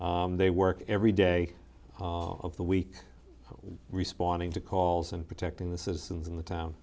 they work every day of the week responding to calls and protecting the citizens in the town